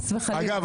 עאידה,